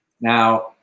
Now